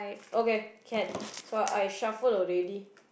okay can so I shuffle already